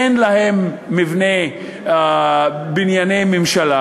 אין להם בנייני ממשלה,